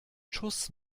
schuss